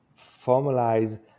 formalize